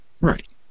Right